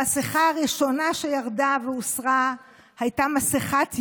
המסכה הראשונה שירדה והוסרה הייתה מסכת ימינה.